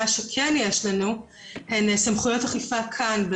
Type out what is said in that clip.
מה שכן יש לנו זה סמכויות אכיפה כאן,